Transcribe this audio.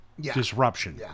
disruption